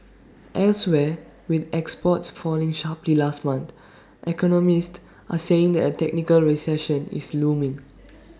elsewhere with exports falling sharply last month economists are saying that A technical recession is looming